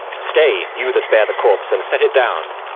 stay, you that bear the corse, and set it down.